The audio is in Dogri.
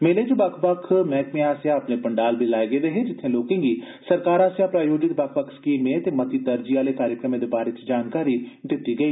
मेले च बक्ख बक्ख मैहकमे आसेया अपने पंडाल बी लाए गेदे हे जित्थे लोकें गी सरकार आसेया प्रायोजित बक्ख बक्ख स्कीमें ते मती तरजीह आलियें स्कीमें दे बारै च जानकरी दिती गेई